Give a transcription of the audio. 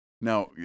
Now